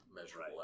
measurable